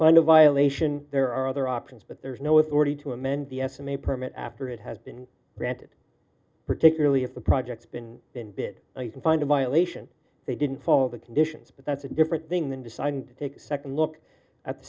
find a violation there are other options but there is no authority to amend the estimate permit after it has been granted particularly if the project's been in bit i can find a violation they didn't follow the conditions but that's a different thing than deciding to take a second look at the